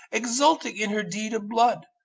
exulting in her deed of blood,